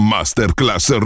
Masterclass